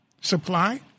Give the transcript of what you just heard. supply